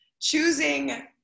choosing